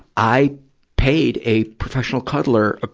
i paid a professional cuddler, ah